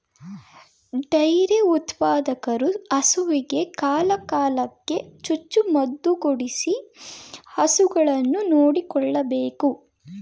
dairy ಉತ್ಪಾದಕರು ಹಸುವಿಗೆ ಕಾಲ ಕಾಲಕ್ಕೆ ಚುಚ್ಚು ಮದುಕೊಡಿಸಿ ಹಸುಗಳನ್ನು ನೋಡಿಕೊಳ್ಳಬೇಕು